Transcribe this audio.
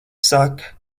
saka